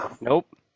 nope